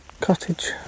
cottage